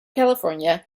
california